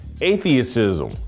atheism